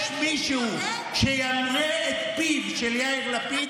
יש מישהו שימרה את פיו של יאיר לפיד?